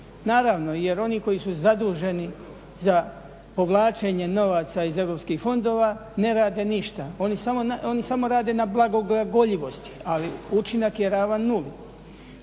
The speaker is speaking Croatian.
Naravno, jer oni koji su zaduženi za povlačenje novaca iz europskih fondova ne rade ništa, oni samo rade na blagoglagoljivosti, ali učinak je ravan nuli.